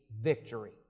victory